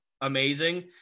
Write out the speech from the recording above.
amazing